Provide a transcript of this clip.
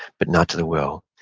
but not to the will.